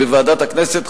בוועדת הכנסת,